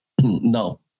Now